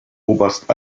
oberst